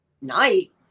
night